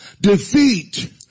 Defeat